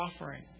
offering